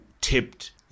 tipped